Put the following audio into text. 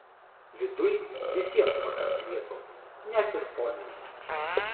viduj visiems pakaks vietos net ir poniams